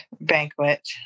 banquet